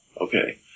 Okay